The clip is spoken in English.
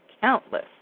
Countless